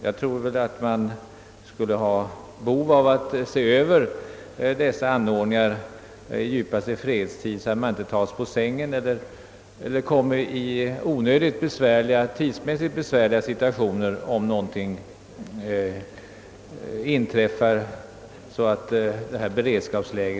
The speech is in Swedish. Jag undrar om det inte kan vara av behovet påkallat att se över alla anordningar i det stycket i djupaste fredstid, så att man inte tas på sängen eller tidsmässigt hamnar i onödigt besvärliga situationer om någonting inträffar som kan föranleda ett beredskapsläge.